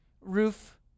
roof